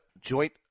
joint